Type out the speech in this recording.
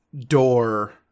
door